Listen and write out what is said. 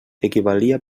equivalia